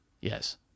Yes